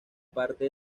parte